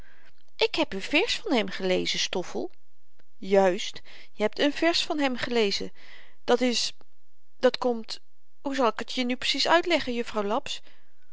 ik heb een vers van hem gelezen stoffel juist je hebt een vers van hem gelezen dat is dat komt hoe zal ik t je nu precies uitleggen jufvrouw laps